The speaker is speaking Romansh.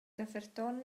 daferton